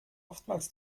oftmals